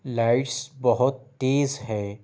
lights بہت تیز ہے